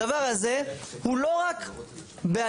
הדבר הזה הוא לא רק בעייתי,